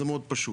זה מאוד פשוט.